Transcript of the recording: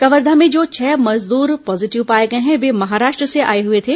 कवर्धा में जो छह मजदूर पॉजीटिव पाए गए हैं वे महाराष्ट्र से आए हुए थे